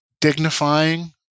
dignifying